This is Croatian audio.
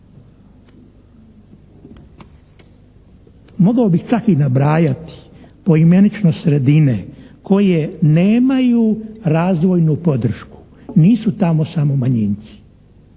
Mogao bih čak i nabrajati poimenično sredine koje nemaju razvojnu podršku, nisu tamo samo manjinci